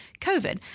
COVID